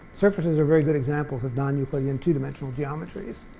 surfaces are very good examples of non-euclidean two-dimensional geometries.